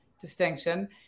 distinction